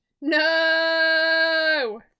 no